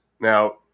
Now